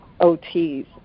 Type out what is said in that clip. OTs